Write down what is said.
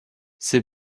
ces